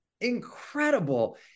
incredible